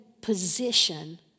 position